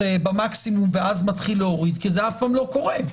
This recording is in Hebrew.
במקסימום ואז מתחיל להוריד כי זה אף פעם לא קורה.